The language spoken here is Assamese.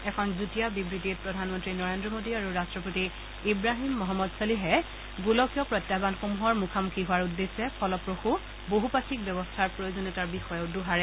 এখন যুটীয়া বিবৃতিত প্ৰধানমন্ত্ৰী নৰেন্দ্ৰ মোডী আৰু ৰাট্টপতি ইব্ৰাহিম মহম্মদ চলিহে গোলকীয় প্ৰত্যাহানসমূহৰ মুখামুখি হোৱাৰ উদ্দেশ্যে ফলপ্ৰসু বহুপাক্ষিক ব্যৱস্থাৰ প্ৰয়োজনীয়তাৰ বিষয়েও দোহাৰে